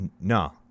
no